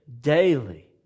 daily